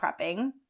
prepping